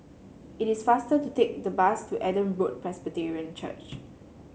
it is faster to take the bus to Adam Road Presbyterian Church